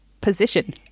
position